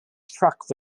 struck